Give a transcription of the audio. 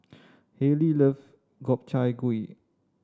Haylie love Gobchang Gui